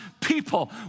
people